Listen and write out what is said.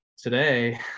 today